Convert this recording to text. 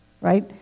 Right